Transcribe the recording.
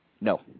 No